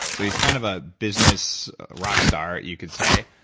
so he's kind of a business rock star you could say.